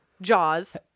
Jaws